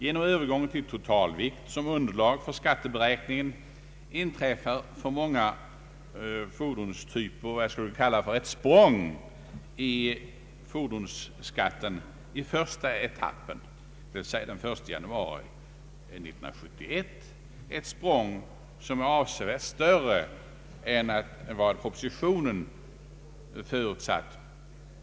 Genom Övergången till totalvikt som underlag för skatteberäkningen inträffar för många fordonstyper vad jag skulle vilja kalla ett språng i fordonsskatten i första etappen, dvs. den 1 januari 1971, ett språng som är avsevärt större än vad propositionen förutsatt.